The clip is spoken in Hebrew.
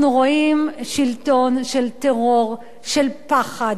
אנחנו רואים שלטון של טרור, של פחד,